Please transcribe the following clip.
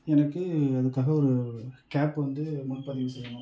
எனக்கு அதுக்காக ஒரு கேப்பை வந்து முன்பதிவு செய்யணும்